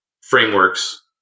frameworks